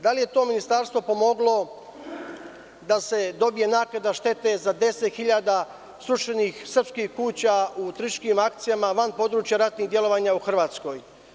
Da li je to ministarstvo pomoglo da se dobije naknada štete za 10.000 srušenih srpskih kuća u terorističkim akcijama van područja ratnih delovanja u Hrvatskoj?